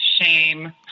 shame